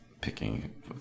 picking